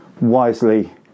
Wisely